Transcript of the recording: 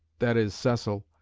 that is cecil,